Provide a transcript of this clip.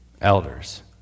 elders